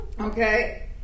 okay